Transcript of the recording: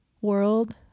world